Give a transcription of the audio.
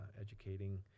educating